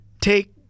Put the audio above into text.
take